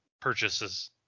purchases